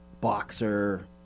boxer-